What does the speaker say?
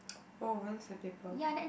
oh when is the paper